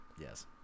Yes